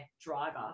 driver